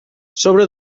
sobre